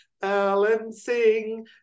balancing